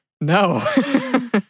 No